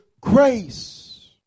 grace